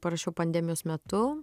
parašiau pandemijos metu